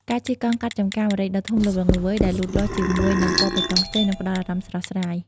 ការជិះកង់កាត់ចំការម្រេចដ៏ធំល្វឹងល្វើយដែលលូតលាស់ជាមួយនឹងពណ៌បៃតងខ្ចី នឹងផ្តល់អារម្មណ៍ស្រស់ស្រាយ។